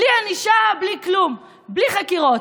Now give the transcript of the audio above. בלי ענישה, בלי כלום, בלי חקירות.